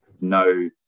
no